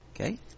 Okay